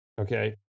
Okay